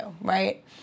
right